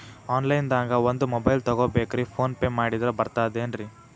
Online ದಾಗ ಒಂದ್ mobile ತಗೋಬೇಕ್ರಿ ಫೋನ್ ಪೇ ಮಾಡಿದ್ರ ಬರ್ತಾದೇನ್ರಿ?